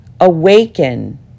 awaken